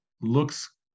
looks